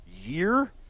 year